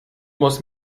muss